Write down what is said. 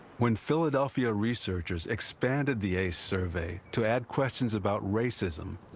when philadelphia researchers expanded the ace survey to add questions about racism,